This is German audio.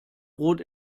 rot